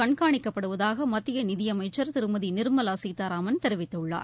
கண்காணிக்கப்படுவதாக மத்திய நிதியமைச்சர் திருமதி நிர்மலா சீதாராமன் தெரிவித்துள்ளார்